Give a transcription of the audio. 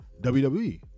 wwe